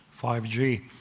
5G